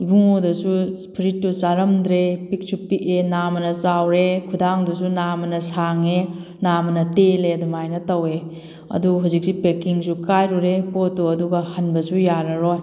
ꯏꯕꯨꯡꯉꯣꯗꯁꯨ ꯐꯨꯔꯤꯠꯇꯨ ꯆꯥꯔꯝꯗ꯭ꯔꯦ ꯄꯤꯛꯁꯨ ꯄꯤꯛꯑꯦ ꯅꯥꯝꯃꯅ ꯆꯥꯎꯔꯦ ꯈꯨꯗꯥꯡꯗꯨꯁꯨ ꯅꯥꯝꯃꯅ ꯁꯥꯡꯉꯦ ꯅꯥꯝꯃꯅ ꯇꯦꯜꯂꯦ ꯑꯗꯨꯃꯥꯏꯅ ꯇꯧꯋꯦ ꯑꯗꯨ ꯍꯧꯖꯤꯛꯁꯦ ꯄꯦꯛꯀꯤꯡꯁꯨ ꯀꯥꯏꯔꯨꯔꯦ ꯄꯣꯠꯇꯣ ꯑꯗꯨꯒ ꯍꯟꯕꯁꯨ ꯌꯥꯔꯔꯣꯏ